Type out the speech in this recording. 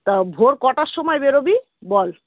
তা ভোর কটার সময় বেরোবি বল